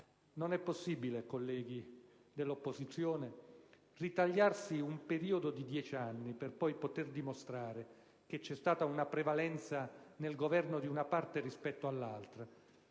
Non è possibile, colleghi dell'opposizione, riferirsi a un periodo di dieci anni per poter dimostrare che c'è stata una prevalenza al Governo di una parte rispetto all'altra,